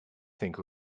think